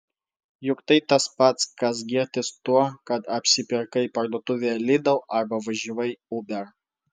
juk tai tas pats kas girtis tuo kad apsipirkai parduotuvėje lidl arba važiavai uber